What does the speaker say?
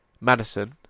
Madison